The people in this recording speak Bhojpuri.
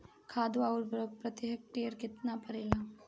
खाद व उर्वरक प्रति हेक्टेयर केतना परेला?